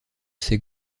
ces